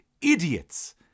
Idiots